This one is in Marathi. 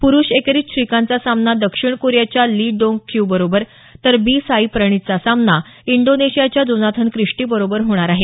प्रुष एकेरीत श्रीकांतचा सामना दक्षिण कोरियाच्या ली डोंग क्यू बरोबर तर बी साई प्रणितचा सामना इंडोनेशियाच्या जोनाथन क्रिस्टी बरोबर होणार आहे